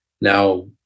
now